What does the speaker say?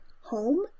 home